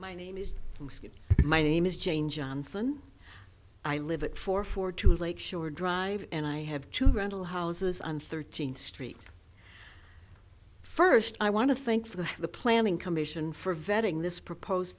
my name is my name is jane johnson i live at four for two lakeshore drive and i have two rental houses on thirteenth street first i want to thank for the the planning commission for vetting this proposed